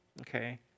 Okay